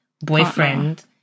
boyfriend